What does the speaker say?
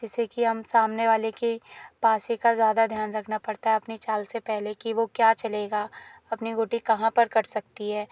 जिससे कि हम सामने वाले के पासे का ज्यादा ध्यान रखना पड़ता है अपनी चाल से पहले कि वो क्या चलेगा अपनी गोटी कहाँ पर कट सकती है